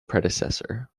predecessor